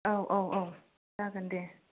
औ औ औ जागोन दे